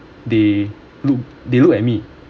they look they look at me